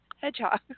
hedgehog